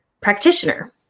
practitioner